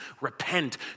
Repent